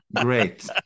Great